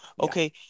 Okay